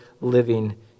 living